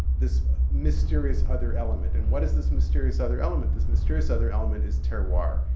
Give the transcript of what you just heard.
this mysterious other element. and what is this mysterious other element? this mysterious other element is terroir.